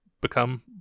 become